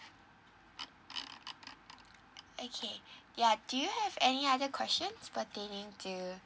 okay ya do you have any other questions pertaining to